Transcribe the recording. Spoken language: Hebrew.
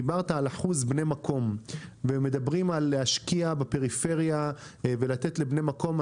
דיברת על אחוז בני מקום ומדברים על השקעה בפריפריה ולתת לבני מקום.